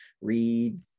read